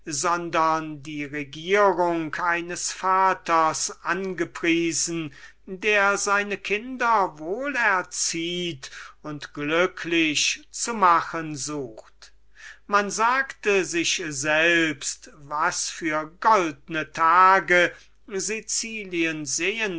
sondern die regierung eines vaters angepriesen der seine kinder wohl erzieht und glücklich zu machen sucht man sagte sich selbst was für goldene tage sicilien sehen